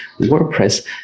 WordPress